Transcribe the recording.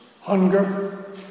hunger